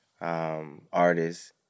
artists